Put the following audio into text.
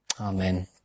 Amen